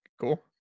cool